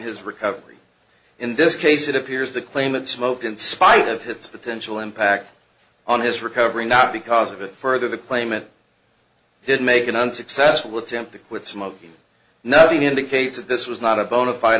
his recovery in this case it appears the claimant smoked in spite of his potential impact on his recovery not because of it further the claimant did make an unsuccessful attempt to quit smoking nothing indicates that this was not a bona fide